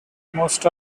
most